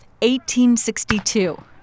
1862